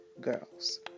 girls